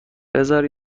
بزار